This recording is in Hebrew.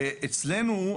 אצלנו,